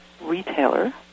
retailer